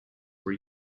were